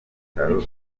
biraro